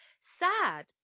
sad